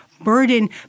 burden